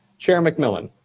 chair mcmillan?